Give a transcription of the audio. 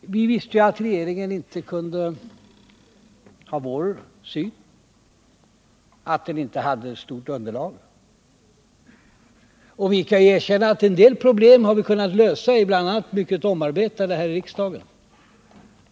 Vi visste ju att regeringen inte kunde ha vår syn och att den inte hade något starkt underlag. Vi kan erkänna att vissa problem har kunnat lösas efter en grundlig omarbetning här i riksdagen.